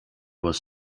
was